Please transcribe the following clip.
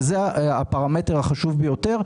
זה הפרמטר החשוב ביותר,